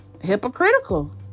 hypocritical